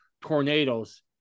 tornadoes